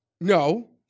No